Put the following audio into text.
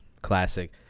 classic